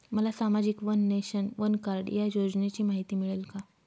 मला सामाजिक one nation, one card या योजनेची माहिती मिळेल का?